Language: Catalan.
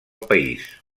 país